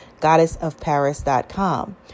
goddessofparis.com